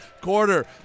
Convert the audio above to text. quarter